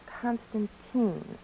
Constantine